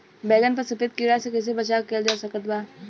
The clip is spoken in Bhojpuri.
बैगन पर सफेद कीड़ा से कैसे बचाव कैल जा सकत बा?